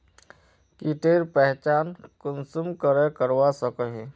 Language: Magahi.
कीटेर पहचान कुंसम करे करवा सको ही?